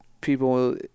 people